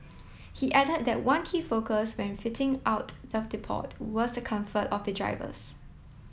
he added that one key focus when fitting out the depot was the comfort of the drivers